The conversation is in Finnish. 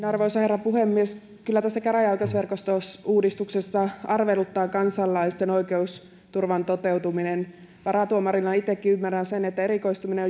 arvoisa herra puhemies kyllä tässä käräjäoikeusverkostouudistuksessa arveluttaa kansalaisten oikeusturvan toteutuminen varatuomarina itsekin ymmärrän sen että erikoistuminen